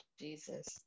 Jesus